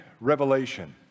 revelation